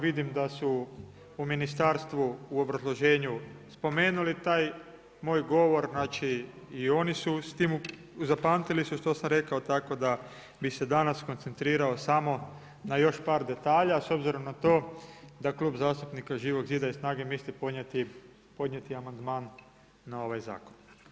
Vidim da su u ministarstvu, u obrazloženju spomenuli taj moj govor, znači i oni su s tim, zapamtili su što sam rekao, tako da bi se danas koncentrirao samo na još par detalja, s obzirom na to da Klub zastupnika Živog zida i SNAGA-e misli podnijeti amandman na ovaj zakon.